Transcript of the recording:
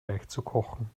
weichzukochen